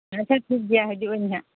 ᱟᱪᱪᱷᱟ ᱴᱷᱤᱠᱜᱮᱭᱟ ᱦᱤᱡᱩᱜ ᱟᱹᱧ ᱦᱟᱸᱜ